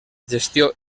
gestió